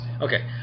Okay